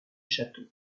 château